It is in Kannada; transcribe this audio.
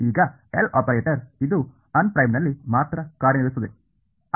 ಈಗ L ಆಪರೇಟರ್ ಇದು ಅನ್ ಪ್ರೈಮ್ಡ ದಲ್ಲಿ ಮಾತ್ರ ಕಾರ್ಯನಿರ್ವಹಿಸುತ್ತದೆ